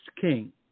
king